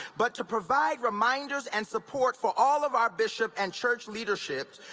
but to provide reminders and support for all of our bishop and church leadership,